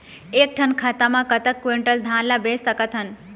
एक ठन खाता मा कतक क्विंटल धान ला बेच सकथन?